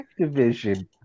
Activision